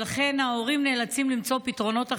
ולכן ההורים נאלצים למצוא פתרונות אחרים,